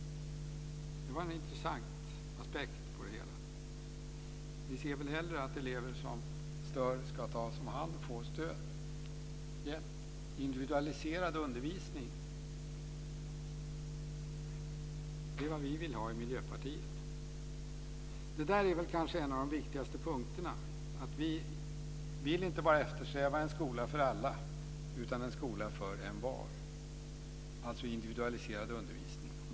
Det var en intressant aspekt på det hela. Vi ser väl hellre att elever som stör ska tas om hand och få stöd och hjälp. Vi i Miljöpartiet vill ha individualiserad undervisning. Detta är en av de viktigaste punkterna. Vi vill inte bara eftersträva en skola för alla, utan en skola för envar - alltså individualiserad undervisning.